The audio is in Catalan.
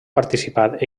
participat